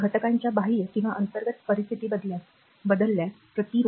घटकांच्या बाह्य किंवा अंतर्गत परिस्थिती बदलल्यास प्रतिरोध बदलू शकतो